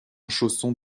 chaussons